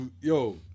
yo